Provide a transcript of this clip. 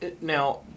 Now